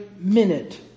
Minute